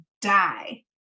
die